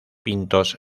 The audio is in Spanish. pintos